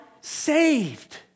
saved